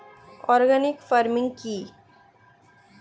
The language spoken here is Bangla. অর্গানিক ফার্মিং কি?